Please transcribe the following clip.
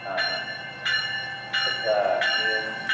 हा हा हा तत्र एवं